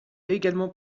également